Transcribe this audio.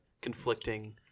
conflicting